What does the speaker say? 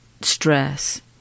stress